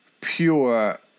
pure